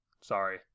sorry